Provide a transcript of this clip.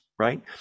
Right